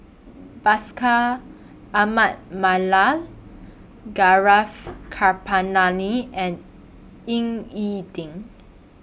Ahmad Mallal Gaurav and Ying E Ding